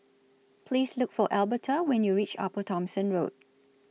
Please Look For Alberta when YOU REACH Upper Thomson Road